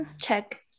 check